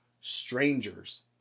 strangers